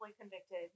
convicted